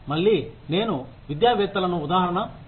మళ్లీ నేను విద్యా వేత్తలను ఉదాహరణ తీసుకుంటాను